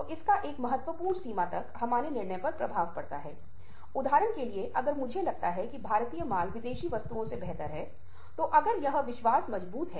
और इसके बाद वह फिर से संचार करना चाहता है वह फिर से बात करना चाहता है लेकिन अधिकारी इसके बारे में सब भूल गया है वह अब दिलचस्पी नहीं रखता है